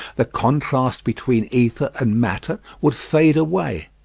the contrast between ether and matter would fade away,